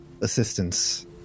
assistance